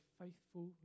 faithful